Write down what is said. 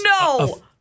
No